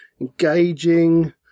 engaging